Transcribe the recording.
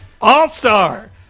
all-star